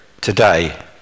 today